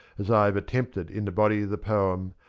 as i have attempted in the body of the poem,